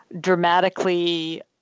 dramatically